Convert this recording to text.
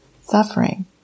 suffering